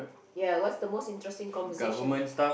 ya what's the most interesting conversation